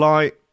Light